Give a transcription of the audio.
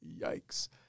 Yikes